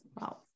Wow